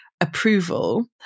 approval